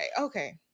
okay